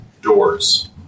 doors